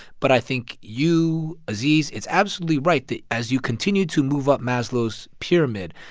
but i think you, aziz it's absolutely right that as you continue to move up maslow's pyramid,